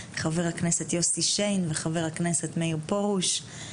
חבר הכנסת יוסי שיין וחבר הכנסת מאיר פרוש.